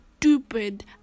stupid